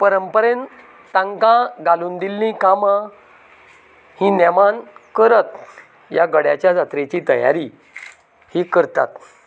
परंपरेन तांकां घालून दिल्ली कामां ही नेमान करत ह्या गड्याच्या जात्रेची तयारी ही करतात